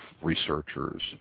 researchers